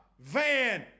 Van